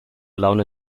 laune